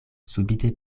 subite